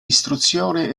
istruzione